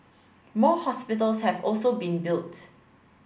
more hospitals have also been built